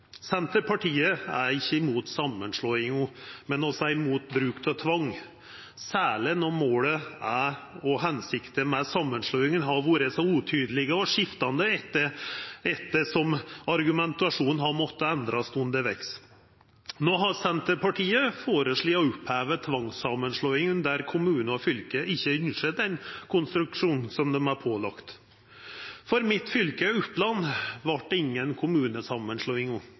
Senterpartiet er ikkje imot samanslåingar, men vi er imot bruk av tvang, særleg når målet er – og hensikta med samanslåinga har vore – så utydeleg og skiftande etter som argumentasjonen har måtta endrast undervegs. No har Senterpartiet føreslått å oppheva tvangssamanslåing der kommunar og fylke ikkje ønskjer den konstruksjonen som dei er pålagde. I mitt fylke, Oppland, vart det ingen